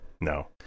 No